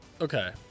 Okay